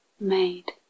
made